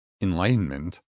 enlightenment